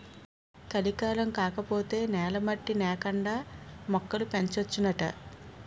కలికాలం కాకపోతే నేల మట్టి నేకండా మొక్కలు పెంచొచ్చునాట